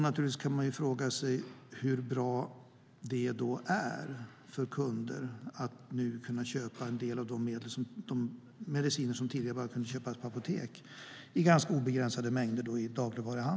Naturligtvis kan man fråga sig hur bra det är att kunden nu kan köpa mediciner i ganska obegränsade mängder i dagligvaruhandeln, sådant som tidigare bara kunde köpas på apotek.